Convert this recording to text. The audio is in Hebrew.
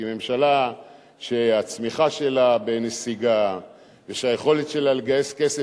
כי ממשלה שהצמיחה שלה בנסיגה ושהיכולת שלה לגייס כסף